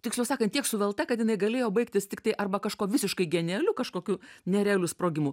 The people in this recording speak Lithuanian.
tiksliau sakant tiek suvelta kad jinai galėjo baigtis tiktai arba kažkuo visiškai genialiu kažkokiu nerealiu sprogimu